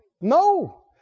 No